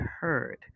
heard